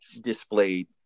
displayed